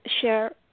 share